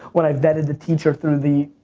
when i vetted the teacher through the,